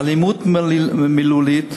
אלימות מילולית.